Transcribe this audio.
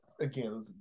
again